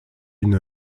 une